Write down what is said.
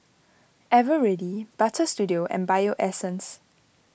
Eveready Butter Studio and Bio Essence